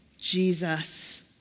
Jesus